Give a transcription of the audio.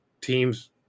teams